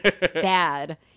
bad